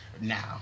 now